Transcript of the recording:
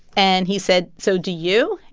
and he said, so do you?